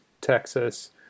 Texas